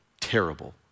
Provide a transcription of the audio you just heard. terrible